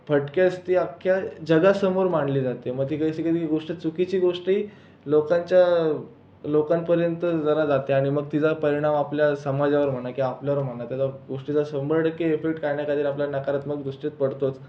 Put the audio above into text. फटक्यास ती अख्ख्या जगासमोर मांडली जाते मग ती कशी कधी चुकीची गोष्टही लोकांच्या लोकांपर्यंत जरा जाते आणि मग तिचा परिणाम आपल्या समाजावर होणं किंवा आपल्यावर होणं त्याचा गोष्टीचा शंभर टक्के इफेक्ट काहीना काही तरी आपल्या नकारात्मक दृष्टीत पडतोच